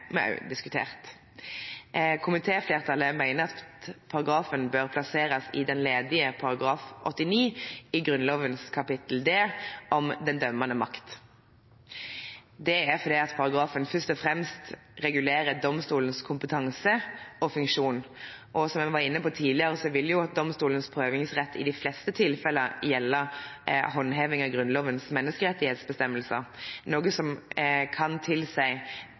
vi også diskutert. Komiteflertallet mener at paragrafen bør plasseres i den ledige § 89 i Grunnlovens kapittel D om den dømmende makt, og det er fordi paragrafen først og fremst regulerer domstolenes kompetanse og funksjon. Og som vi var inne på tidligere, vil domstolenes prøvingsrett i de fleste tilfeller gjelde håndheving av Grunnlovens menneskerettighetsbestemmelser, noe som kan